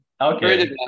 Okay